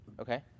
okay